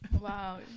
Wow